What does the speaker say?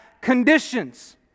conditions